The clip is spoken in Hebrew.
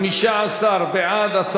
15 בעד.